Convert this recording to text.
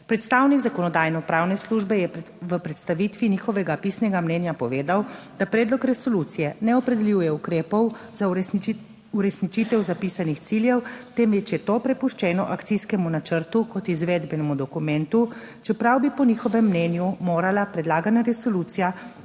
Predstavnik Zakonodajno-pravne službe je v predstavitvi njihovega pisnega mnenja povedal, da predlog resolucije ne opredeljuje ukrepov za uresničitev zapisanih ciljev, temveč je to prepuščeno akcijskemu načrtu kot izvedbenemu dokumentu, čeprav bi po njihovem mnenju morala predlagana resolucija